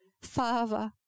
Father